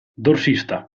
dorsista